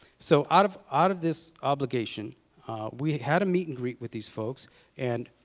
so out of out of this obligation we had had a meet and greet with these folks and